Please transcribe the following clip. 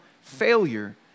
failure